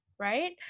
right